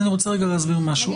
אני רוצה להסביר משהו.